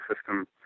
system